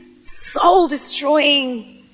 soul-destroying